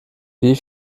wie